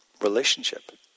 relationship